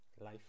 life